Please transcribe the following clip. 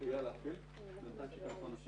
לקבל את